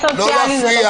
לא, הפוך.